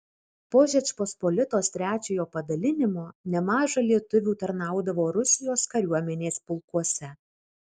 po žečpospolitos trečiojo padalinimo nemaža lietuvių tarnaudavo rusijos kariuomenės pulkuose